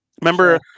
Remember